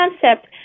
concept